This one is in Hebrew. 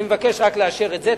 אני מבקש רק לאשר את זה.